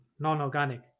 non-organic